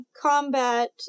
combat